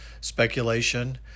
Speculation